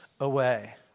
away